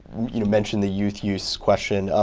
you mentioned the youth use question,